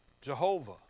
Jehovah